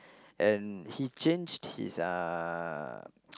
and he changed his uh